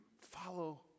follow